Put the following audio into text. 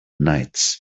nights